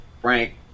Frank